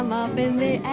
um up in the